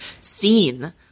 seen